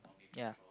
ya